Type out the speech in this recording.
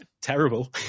Terrible